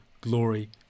glory